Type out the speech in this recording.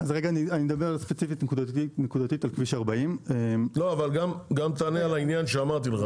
אני אדבר ספציפית על כביש 40. אבל גם תענה על העניין שאמרתי לך.